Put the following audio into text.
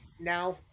now